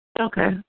Okay